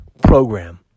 program